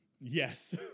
Yes